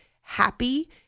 happy